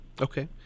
okay